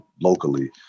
locally